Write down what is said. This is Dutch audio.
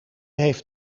heeft